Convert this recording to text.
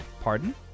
pardon